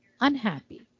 unhappy